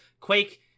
Quake